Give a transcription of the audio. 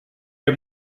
heb